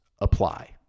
apply